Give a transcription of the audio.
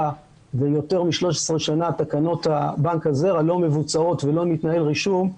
ויותר מ-13 שנה תקנות בנק הזרע לא מבוצעות ולא מתנהל רישום,